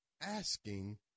asking